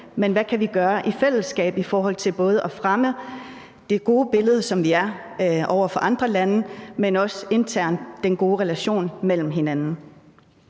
Men hvad kan vi gøre i fællesskab i forhold til både at fremme det gode billede, som vi er for andre lande, men også internt for at fremme den gode relation til hinanden?